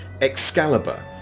Excalibur